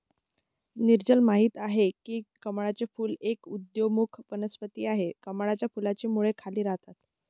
नीरजल माहित आहे की कमळाचे फूल एक उदयोन्मुख वनस्पती आहे, कमळाच्या फुलाची मुळे खाली राहतात